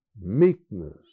meekness